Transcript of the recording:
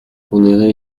pondéré